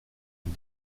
une